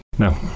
No